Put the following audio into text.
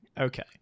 Okay